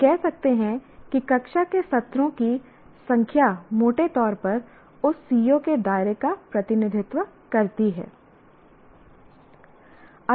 हम कह सकते हैं कि कक्षा के सत्रों की संख्या मोटे तौर पर उस CO के दायरे का प्रतिनिधित्व करती है